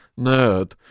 nerd